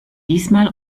diesmal